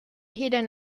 hidden